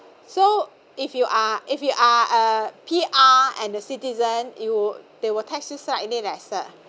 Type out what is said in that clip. so if you are if you are a P_R and the citizen you they will tax you slightly lesser